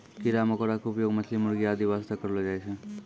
कीड़ा मकोड़ा के उपयोग मछली, मुर्गी आदि वास्तॅ करलो जाय छै